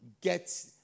get